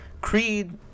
Creed